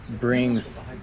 brings